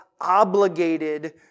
obligated